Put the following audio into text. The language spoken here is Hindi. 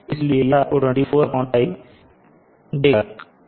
इसलिए यह आपको देगा 24π